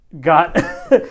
got